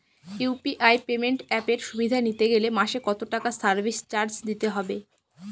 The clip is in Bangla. ইউ.পি.আই পেমেন্ট অ্যাপের সুবিধা নিতে গেলে মাসে কত টাকা সার্ভিস চার্জ দিতে হবে?